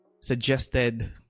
suggested